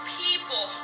people